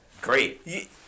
great